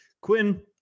Quinn